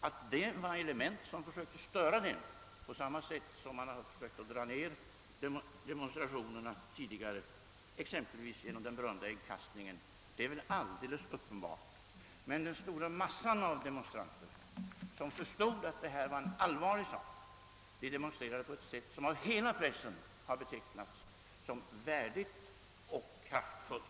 Att där fanns element som försökte störa den — på samma sätt som man försökte dra ned demonstrationerna tidigare, exempelvis genom den beryktade äggkastningen — är väl alldeles uppenbart, men den stora massan av demonstranter, som förstod att detta var en allvarlig sak, demonstrerade på ett sätt som av hela pressen har betecknats som värdigt och kraftfullt.